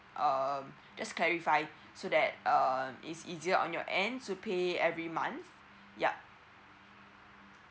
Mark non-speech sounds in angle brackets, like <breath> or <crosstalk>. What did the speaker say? err just clarify <breath> so that um is easier on your end to pay every month yup